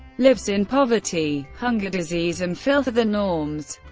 lives in poverty hunger, disease and filth are the norms.